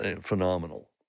phenomenal